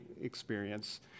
experience